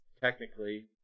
technically